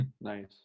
Nice